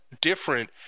different